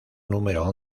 número